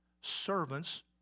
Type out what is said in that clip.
servants